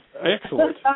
Excellent